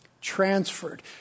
Transferred